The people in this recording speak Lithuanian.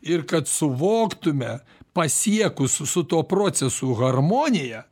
ir kad suvoktume pasiekus su tuo procesu harmoniją